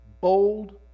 bold